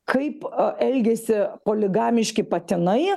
kaip elgiasi poligamiški patinai